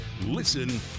Listen